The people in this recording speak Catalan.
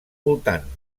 voltant